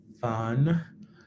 fun